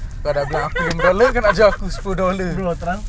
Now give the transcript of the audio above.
bukan bukan bukan Robinson uh centrepoint